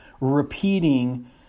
repeating